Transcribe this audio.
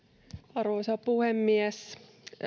arvoisa puhemies